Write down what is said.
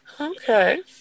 Okay